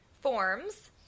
Forms